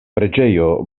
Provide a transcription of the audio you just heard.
preĝejo